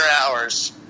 hours